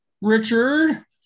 Richard